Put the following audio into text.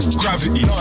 gravity